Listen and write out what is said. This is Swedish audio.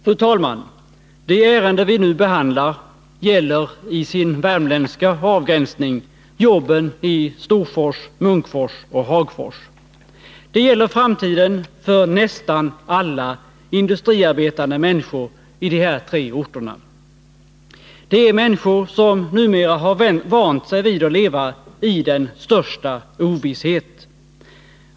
Fru talman! Det ärende vi nu behandlar gäller i sin värmländska avgränsning jobben i Storfors, Munkfors och Hagfors. Det gäller framtiden för nästan alla industriarbetande människor i de här tre orterna. Det är människor som numera har vant sig vid att leva i den största ovisshet.